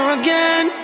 again